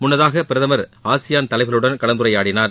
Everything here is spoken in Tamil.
முன்னதாக பிரதமர் ஆசியாள் தலைவர்களுடனும் கலந்துரையாடினார்